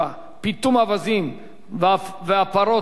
פיטום אווזים ופרות ועוד,